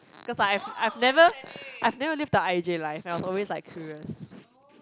cause I've I've never I've never live the I_J life and I'm always like curious